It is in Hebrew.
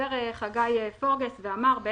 דיבר חגי פורגס ואמר,